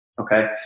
Okay